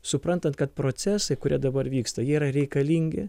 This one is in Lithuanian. suprantant kad procesai kurie dabar vyksta jie yra reikalingi